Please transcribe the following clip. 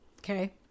Okay